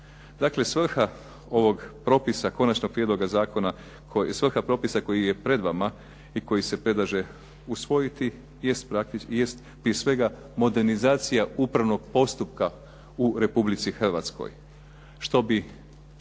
Dakle, svrha ovog propisa Konačnog prijedloga zakona, svrha propisa koji je pred vama i koji se predlaže usvojiti jest prije svega modernizacija upravnog postupka u Republici Hrvatskoj